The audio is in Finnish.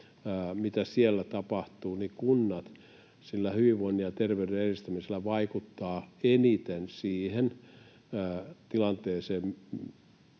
mitä siellä tapahtuu, kunnat hyvinvoinnin ja terveyden edistämisellä vaikuttavat eniten siihen tilanteeseen,